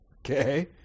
Okay